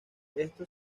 esto